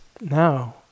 now